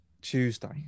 Tuesday